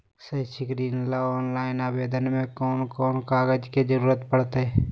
शैक्षिक ऋण ला ऑनलाइन आवेदन में कौन कौन कागज के ज़रूरत पड़तई?